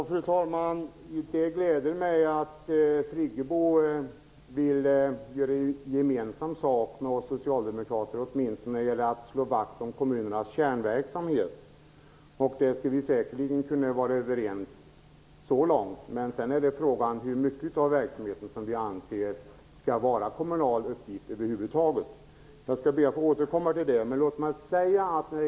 Fru talman! Det gläder mig att Birgit Friggebo vill göra gemensam sak med oss socialdemokrater, åtminstone när det gäller att slå vakt om kommunernas kärnverksamheter. Så långt kan vi säkerligen vara överens. Sedan är frågan hur mycket av verksamheten som över huvud taget skall anses vara en kommunal uppgift.